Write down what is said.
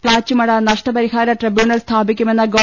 പ്ലാച്ചിമട നഷ്ടപരിഹാര ട്രൈബ്യൂണൽ സ്ഥാപി ക്കുമെന്ന ഗവ